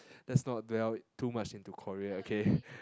let's not dwell too much into Korea okay